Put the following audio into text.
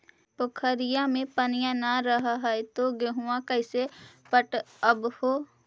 पोखरिया मे पनिया न रह है तो गेहुमा कैसे पटअब हो?